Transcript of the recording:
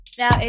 Now